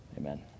Amen